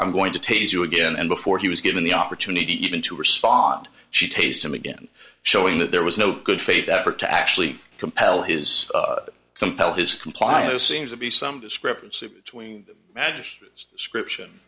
i'm going to tase you again and before he was given the opportunity even to respond she taste him again showing that there was no good faith effort to actually compel his compel his compliance seems to be some discrepancy between magic description